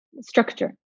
structure